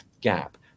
gap